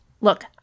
Look